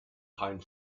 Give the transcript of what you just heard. pine